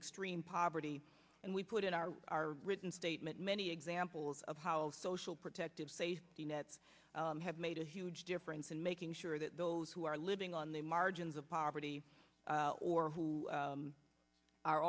extreme poverty and we put in our written statement many examples of how social protective safety nets have made a huge difference and making sure that those who are living on the margins of poverty or who